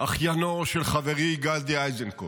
אחיינו של חברי גדי איזנקוט.